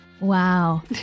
Wow